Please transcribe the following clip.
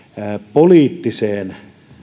poliittiseen